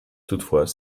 toutefois